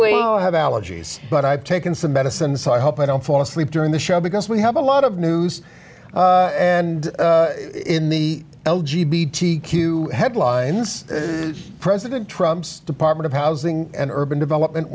we have allergies but i've taken some medicine so i hope i don't fall asleep during the show because we have a lot of news and in the l g b t q headlines president trump's department of housing and urban development